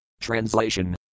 Translation